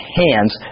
hands